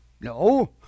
no